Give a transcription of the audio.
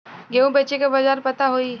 गेहूँ बेचे के बाजार पता होई?